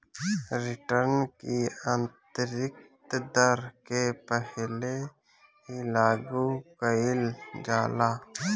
return की आतंरिक दर के पहिले ही लागू कईल जाला